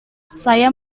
saya